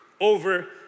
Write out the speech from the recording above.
over